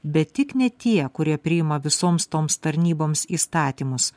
bet tik ne tie kurie priima visoms toms tarnyboms įstatymus